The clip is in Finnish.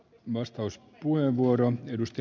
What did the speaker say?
arvoisa herra puhemies